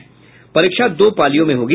ये परीक्षा दो पालियों में होगी